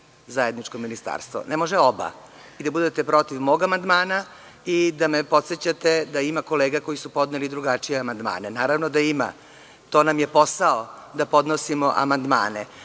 zajedničko ministarstvo. Ne može oba, i da budete protiv mog amandmana i da me podsećate da ima kolega koji su podneli i drugačije amandmane. Naravno da ima, to nam je posao da podnosimo amandmane,